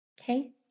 Okay